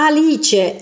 Alice